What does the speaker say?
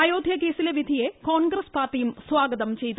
അയോധ്യ കേസിലെ വിധിയെ കോൺഗ്രസ് പാർട്ടിയും സ്വാഗതം ചെയ്തു